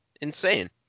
insane